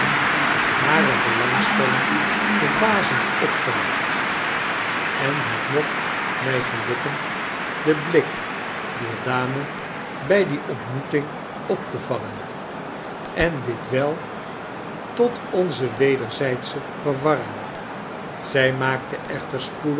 hare belangstelling verbazend opgewekt en het mocht mij gelukken den blik dier dame bij die ontmoeting op te vangen en dit wel tot onze wederzijdsche verwarring zij maakte echter spoedig